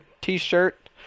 T-shirt